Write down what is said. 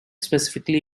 specifically